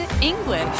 English